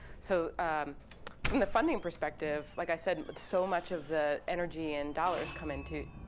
so from the funding perspective, like i said, and but so much of the energy and dollars come into,